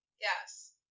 Yes